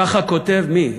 ככה כותב מי?